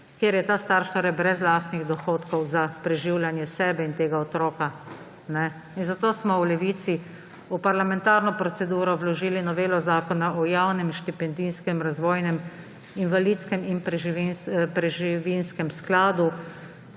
kjer je ta starš torej brez lastnih dohodkov za preživljanje sebe in tega otroka. Zato smo v Levici v parlamentarno proceduro vložili novelo Zakona o javnem štipendijskem, razvojnem, invalidskem in preživninskem skladu,